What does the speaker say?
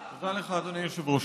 תודה לך, אדוני היושב-ראש.